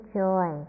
joy